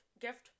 gift